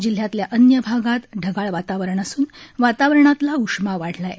जिल्ह्यातल्या अन्य भागात ढगाळ वातावरण असून वातावरणातला उष्मा वाढला आहे